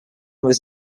was